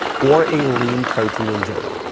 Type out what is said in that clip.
or a lean protein in general.